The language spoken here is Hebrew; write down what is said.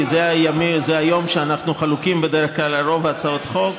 כי זה היום שאנחנו חלוקים בדרך כלל על רוב הצעות החוק,